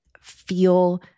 feel